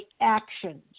actions